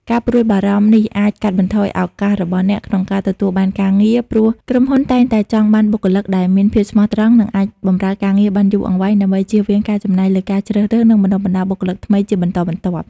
ការព្រួយបារម្ភនេះអាច កាត់បន្ថយឱកាសរបស់អ្នកក្នុងការទទួលបានការងារ ព្រោះក្រុមហ៊ុនតែងតែចង់បានបុគ្គលិកដែលមានភាពស្មោះត្រង់ និងអាចបម្រើការងារបានយូរអង្វែង ដើម្បីជៀសវាងការចំណាយលើការជ្រើសរើស និងបណ្ដុះបណ្ដាលបុគ្គលិកថ្មីជាបន្តបន្ទាប់។